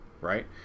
right